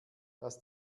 das